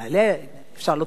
אפשר להעלות על הדעת